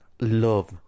love